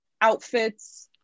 outfits